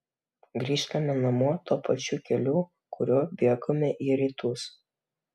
grįžtame namo tuo pačiu keliu kuriuo bėgome į rytus